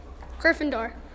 Gryffindor